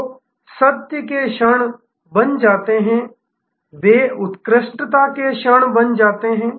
तो सत्य के क्षण बन जाते हैं वे उत्कृष्टता के क्षण बन जाते हैं